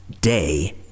day